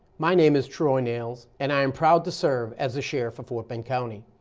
my name is troy nehls and i am proud to serve as a sheriff of fort bend county.